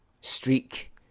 streak